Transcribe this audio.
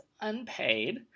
unpaid